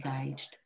engaged